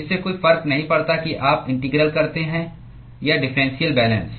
इससे कोई फर्क नहीं पड़ता कि आप इंटीग्रल करते हैं या डिफरेंशियल बैलेंस